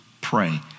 pray